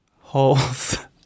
holes